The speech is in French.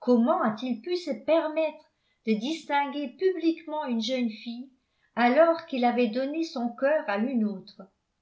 comment a-t-il pu se permettre de distinguer publiquement une jeune fille alors qu'il avait donné son cœur à une autre